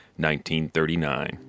1939